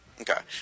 Okay